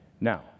Now